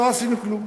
לא עשינו כלום.